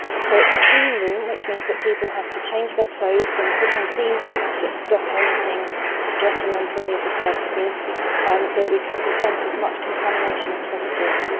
so it's a clean room, which means that people have to change their clothes and put on clean suits that stop anything getting onto any of the surfaces and so that we can prevent as much contamination as possible.